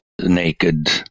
naked